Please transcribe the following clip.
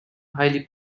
highly